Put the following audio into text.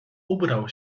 ubrał